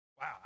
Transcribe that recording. Wow